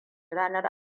ranar